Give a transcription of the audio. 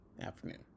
afternoon